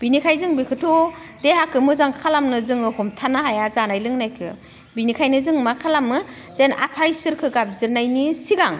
बेनिखायनो जों बेखौथ' देहाखो मोजां खालामनो जोङो हमथानो हाया जानाय लोंनायखो बिनिखायनो जों मा खालामो जेन आफा इसोरखो गाबज्रिनायनि सिगां